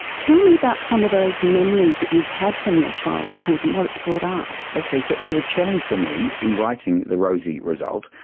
tell me about some of those memories that you've had from your childhood and what it's brought up. okay, so the challenge for me in writing the rosie result,